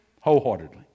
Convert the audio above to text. Wholeheartedly